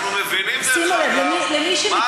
לא, לא, אני אגיד לך מה הבעיה.